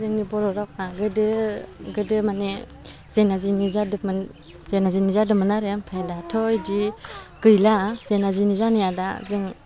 जोंनि बर' रावहा गोदो गोदो माने जेंना जेंनि जादोमोन जेंना जेंनि जादोंमोन आरो ओमफ्राय दाथ' बिदि गैला जेंना जेंनि जानाया दा जों